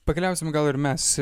pakeliausim gal ir mes